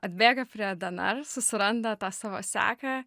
atbėga prie dnr susiranda tą savo seką